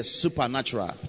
supernatural